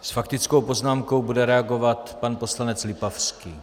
S faktickou poznámkou bude reagovat pan poslanec Lipavský.